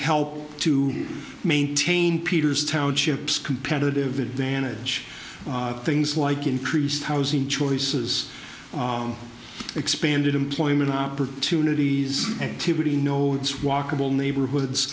help to maintain peter's townships competitive advantage things like increased housing choices expanded employment opportunities activity nodes walkable neighborhoods